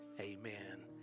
Amen